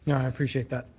i appreciate that.